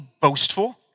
boastful